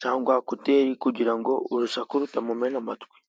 cyangwa ekuteri, kugira ngo urusaku rutamumena amatwi.